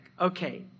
Okay